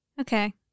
Okay